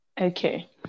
Okay